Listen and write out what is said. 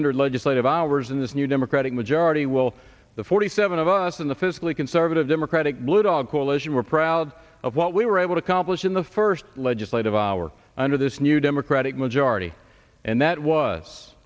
hundred legislative hours in this new democratic majority will the forty seven of us in the fiscally conservative democratic blue dog coalition we're proud of what we were able to accomplish in the first legislative hour under this new democratic majority and that